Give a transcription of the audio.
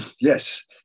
Yes